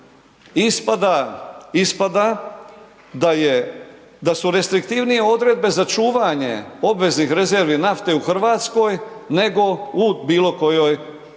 ispada da su restriktivnije odredbe za čuvanje obveznih rezervi nafte u Hrvatskoj nego u bilo kojoj drugoj